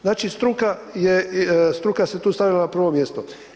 Znači struka je, struka se tu stavila na prvo mjesto.